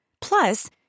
Plus